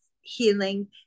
healing